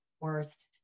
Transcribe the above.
worst